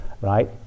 Right